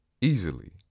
Easily